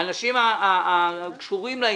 האנשים הקשורים לעניין,